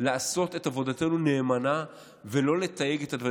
לעשות את עבודתנו נאמנה ולא לתייג את הדברים.